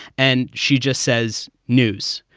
and she just says news,